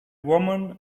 woman